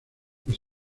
los